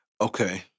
Okay